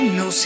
no